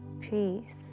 peace